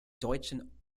deutschen